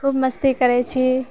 खूब मस्ती करै छी